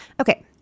Okay